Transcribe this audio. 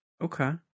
Okay